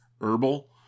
herbal